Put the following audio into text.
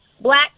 Black